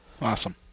Awesome